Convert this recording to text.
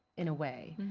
in a way.